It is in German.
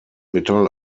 metall